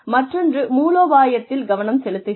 மற்றொன்று மூலோபாயத்தில் கவனம் செலுத்துகிறது